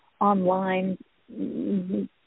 online